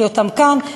אותם כאן,